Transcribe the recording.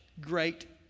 great